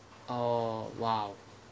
oh !wow!